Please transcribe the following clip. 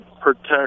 protect